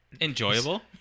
enjoyable